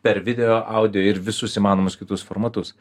per video audio ir visus įmanomus kitus formatus